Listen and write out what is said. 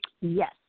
yes